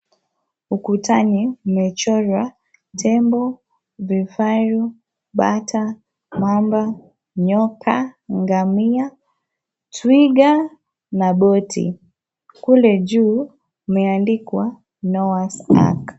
Ukutani mmechorwa tembo, vifaru, bata, mamba nyoka, mgamia, twiga na boti. Kule juu umeandikwa Noah's Arc .